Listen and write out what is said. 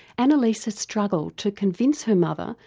anna lisa struggled to convince her mother,